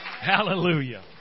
Hallelujah